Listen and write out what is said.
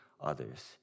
others